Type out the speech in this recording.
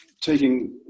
taking